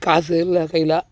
காசு இல்லை கையில